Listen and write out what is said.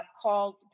called